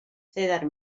cedar